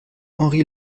henri